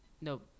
No